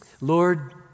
Lord